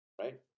right